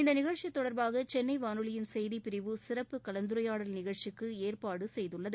இந்த நிகழ்ச்சி தொடர்பாக சென்னை வானொலியின் செய்திப் பிரிவு சிறப்பு கலந்துரையாடல் நிகழ்ச்சிக்கு ஏற்பாடு செய்துள்ளது